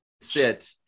sit